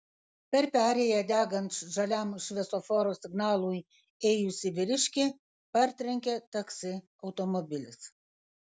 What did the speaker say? per perėją degant žaliam šviesoforo signalui ėjusį vyriškį partrenkė taksi automobilis